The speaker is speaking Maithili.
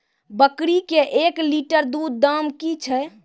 बकरी के एक लिटर दूध दाम कि छ?